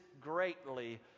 greatly